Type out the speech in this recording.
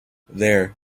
there